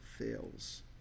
fails